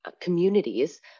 communities